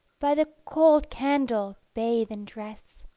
by the cold candle, bathe and dress.